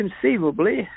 conceivably